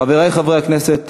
חברי חברי הכנסת,